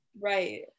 right